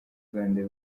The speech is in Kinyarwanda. rwanda